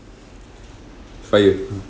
fire